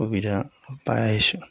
সুবিধা পাই আহিছোঁ